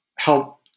help